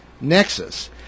nexus